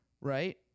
right